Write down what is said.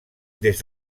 des